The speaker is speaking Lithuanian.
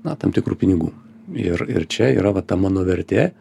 na tam tikrų pinigų ir ir čia yra va ta mano vertė